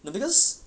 no because